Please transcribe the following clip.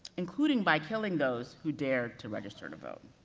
including by killing those who dared to register to vote.